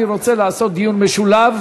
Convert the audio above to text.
אני רוצה לעשות דיון משולב